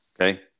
Okay